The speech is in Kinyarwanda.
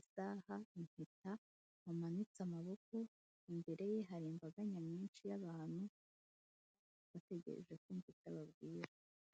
isaha, impeta, wamanitse amaboko, imbere ye hari imbaga nyamwinshi y'abantu bategereje kumva icyo ababwira.